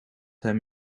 hem